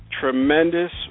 tremendous